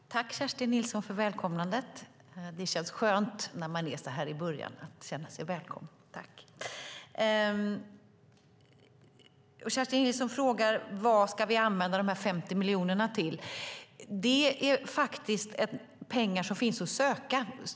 Fru talman! Jag tackar Kerstin Nilsson för välkomnandet. Det känns skönt så här i början att känna sig välkommen. Kerstin Nilsson frågar vad vi ska använda de 50 miljonerna till. Det är pengar som finns att söka.